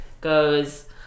goes